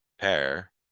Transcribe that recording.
pair